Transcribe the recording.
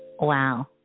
wow